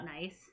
Nice